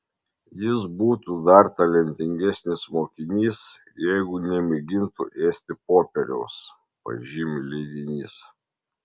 jis būtų dar talentingesnis mokinys jeigu nemėgintų ėsti popieriaus pažymi leidinys